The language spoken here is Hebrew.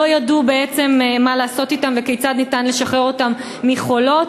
לא ידעו בעצם מה לעשות אתם וכיצד ניתן לשחרר אותם מ"חולות",